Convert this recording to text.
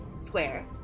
square